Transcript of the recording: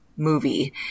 Movie